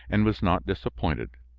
and was not disappointed.